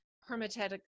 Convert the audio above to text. hermetic